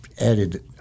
added